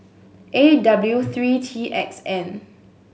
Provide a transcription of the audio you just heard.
A W three T X N